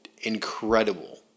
incredible